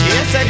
Yes